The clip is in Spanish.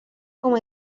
como